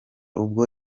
ubwo